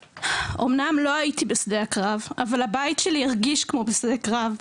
אמנם לא הייתי בשדה הקרב אבל הבית שלי הרגיש כמו בשדה קרב.